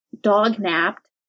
dog-napped